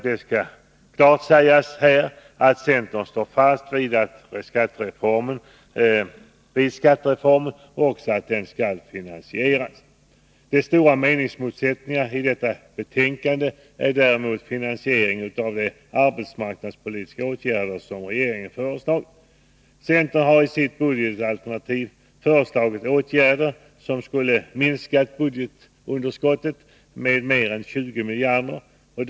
Det skall här klart sägas att centern står fast vid skattereformen och vid att den skall finansieras. De stora meningsmotsättningarna i detta betänkande gäller finansieringen av de arbetsmarknadspolitiska åtgärder som regeringen föreslagit. Centern har i sitt budgetalternativ föreslagit åtgärder som skulle minska budgetunderskottet med mer än 20 miljarder kronor.